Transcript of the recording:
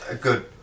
good